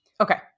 Okay